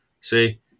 See